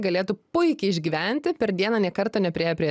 galėtų puikiai išgyventi per dieną nė karto nepriėję prie